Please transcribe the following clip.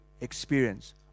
experience